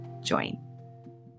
join